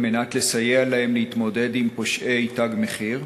כדי לסייע להן להתמודד עם פושעי "תג מחיר"?